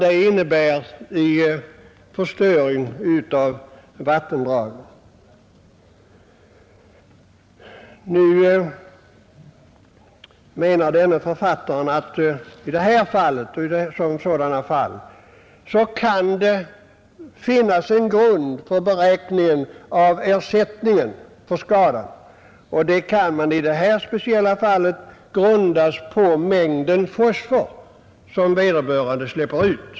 Denne författare anser att det i sådana fall kan finnas en grund för beräkningen av ersättningen för skadan. I det här speciella fallet kan ersättningen grundas på mängden fosfor som vederbörande släpper ut.